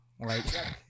right